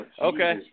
okay